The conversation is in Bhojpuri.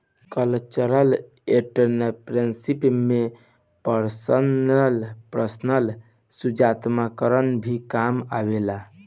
कल्चरल एंटरप्रेन्योरशिप में पर्सनल सृजनात्मकता भी काम आवेला